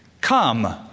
Come